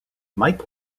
mike